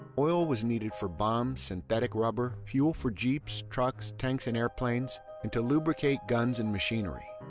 oil was needed for bombs, synthetic rubber, fuel for jeeps, trucks, tanks and airplanes and to lubricate guns and machinery.